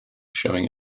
showing